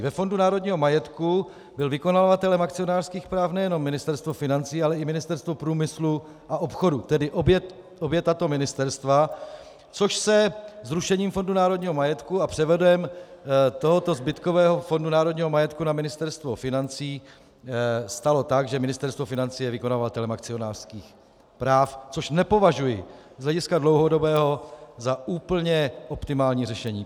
Ve Fondu národního majetku bylo vykonavatelem akcionářských práv nejenom Ministerstvo financí, ale i Ministerstvo průmyslu a obchodu, tedy obě tato ministerstva, což se zrušením Fondu národního majetku a převodem tohoto zbytkového Fondu národního majetku na Ministerstvo financí stalo tak, že Ministerstvo financí je vykonavatelem akcionářských práv, což nepovažuji z hlediska dlouhodobého za úplně optimální řešení.